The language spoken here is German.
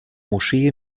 moschee